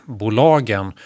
bolagen